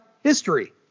history